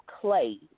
clay